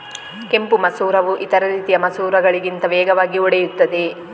ಕೆಂಪು ಮಸೂರವು ಇತರ ರೀತಿಯ ಮಸೂರಗಳಿಗಿಂತ ವೇಗವಾಗಿ ಒಡೆಯುತ್ತದೆ